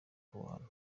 kubahana